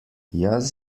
jaz